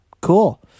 cool